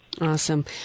Awesome